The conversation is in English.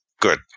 Good